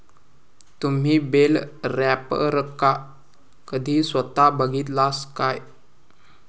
तुम्ही बेल रॅपरका कधी स्वता बघितलास काय?